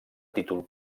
títol